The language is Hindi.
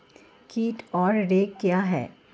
कीट और रोग क्या हैं?